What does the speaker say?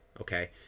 Okay